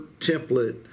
template